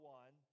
one